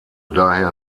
daher